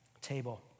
table